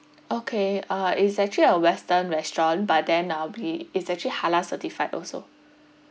okay uh it's actually a western restaurant but then uh we it's actually halal certified also